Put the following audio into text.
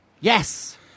Yes